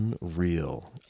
unreal